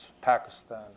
Pakistan